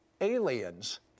aliens